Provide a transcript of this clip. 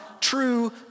true